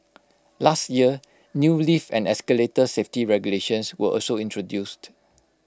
last year new lift and escalator safety regulations were also introduced